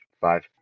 Five